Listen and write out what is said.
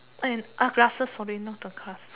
and glasses sorry not the glass